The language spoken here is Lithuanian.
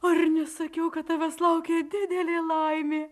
ar nesakiau kad tavęs laukia didelė laimė